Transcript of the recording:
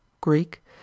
Greek